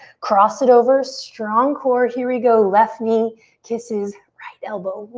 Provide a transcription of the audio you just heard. cross it over. strong core. here we go, left knee kisses right elbow.